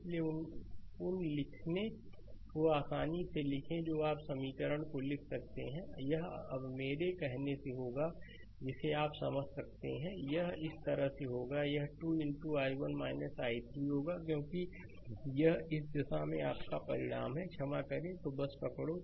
इसलिए उन लिखने को आसानी से लिखें जो आप समीकरण को लिख सकते हैं यह अब मेरे कहने से होगा जिसे आप समझ सकते हैं यह इस तरह होगा यह 2 i1 i3 होगा क्योंकि यह इस दिशा में आपका परिणाम है क्षमा करें तो बस पकड़ो